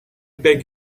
beg